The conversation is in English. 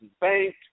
Bank